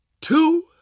two